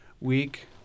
week